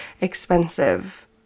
expensive